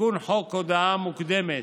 בתיקון חוק הודעה מוקדמת,